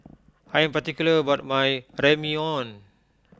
I am particular about my Ramyeon